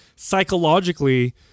psychologically